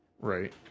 Right